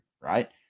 right